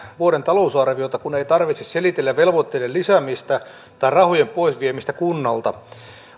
vuoden talousarvioita kun ei tarvitse selitellä velvoitteiden lisäämistä tai rahojen pois viemistä kunnalta